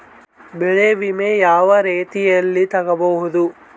ಬೆಳೆ ವಿಮೆ ಯಾವ ರೇತಿಯಲ್ಲಿ ತಗಬಹುದು?